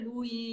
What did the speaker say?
Lui